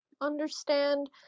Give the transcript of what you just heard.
understand